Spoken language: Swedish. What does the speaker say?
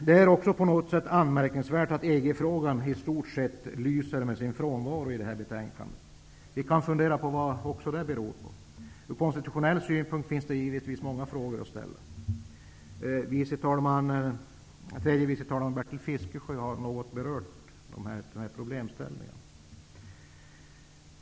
Det är också anmärkningsvärt att EG-frågan i stort sett lyser med sin frånvaro i det här betänkandet. Vi kan fundera över vad det beror på. Ur konstitutionell synpunkt finns det givetvis många frågor att ställa. Tredje vice talman Bertil Fiskesjö har något berört den här problemställningen.